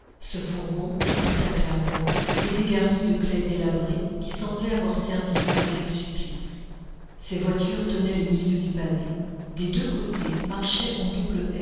ce fourgon tout à claire-voie était garni de claies délabrées qui semblaient avoir servi aux vieux supplices ces voitures tenaient le milieu du pavé des deux côtés marchaient en double